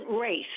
race